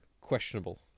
questionable